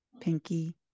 pinky